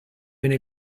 meno